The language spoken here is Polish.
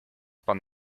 pan